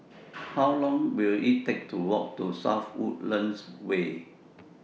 How Long Will IT Take to Walk to South Woodlands Way